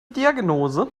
diagnose